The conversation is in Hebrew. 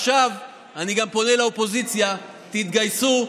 עכשיו אני פונה לאופוזיציה: תתגייסו,